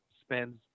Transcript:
spends